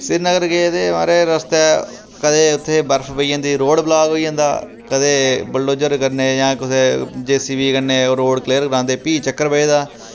श्रीनगर गे ते महाराज़ रस्तै कदें उत्थै बर्फ पेई जंदी रोड ब्लाक होई जंदा कदें बुलडोजर कन्नै जां कुसै जे सी बी कन्नै ओह् रोड क्लियर करांदे फ्ही चक्कर पेदा